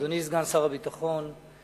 סגן שר הביטחון מתן וילנאי.